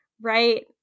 Right